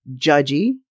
Judgy